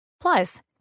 Plus